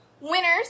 winners